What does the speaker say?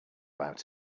out